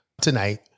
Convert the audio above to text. tonight